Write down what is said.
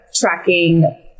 tracking